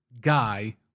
guy